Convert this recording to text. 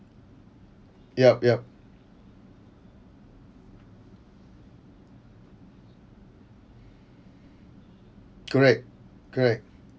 yup yup correct correct